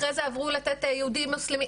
אחרי זה עברו ליהודי מוסלמי,